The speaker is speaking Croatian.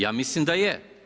Ja mislim da je.